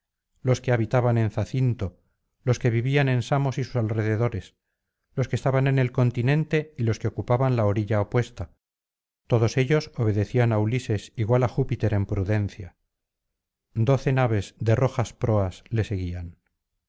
los que habitaban en zacinto los que vivían en vsamos y sus alrededores los que estaban en el continente y los que ocupaban la orilla opuesta todos ellos obedecían á ulises igual á júpiter en prudencia doce naves de rojas proas le seguían